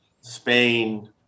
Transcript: spain